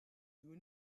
you